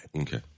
Okay